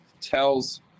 tells